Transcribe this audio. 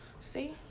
See